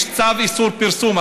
יש צו איסור פרסום,